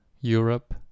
Europe